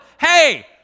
hey